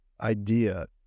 idea